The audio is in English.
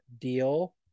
deal